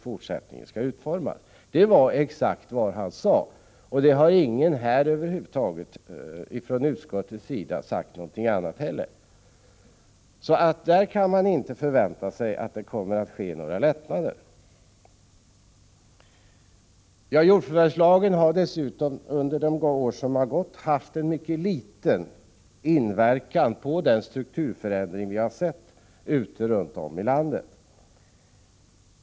Detta var vad jordbruksministern uttalade, och från utskottets sida har man inte heller sagt någonting annat. Så där kan man inte förvänta sig att det kommer att bli några lättnader. Jordförvärvslagen har dessutom under de två år som har gått haft en mycket liten inverkan på den strukturförändring som vi har sett ute i landet.